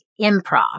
improv